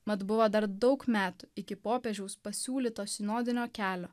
mat buvo dar daug metų iki popiežiaus pasiūlyto sinodinio kelio